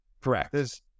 Correct